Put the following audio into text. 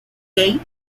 gay